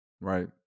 right